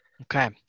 okay